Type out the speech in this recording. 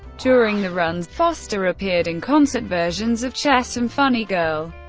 during the run, foster appeared in concert versions of chess and funny girl,